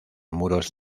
muros